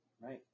Right